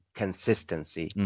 consistency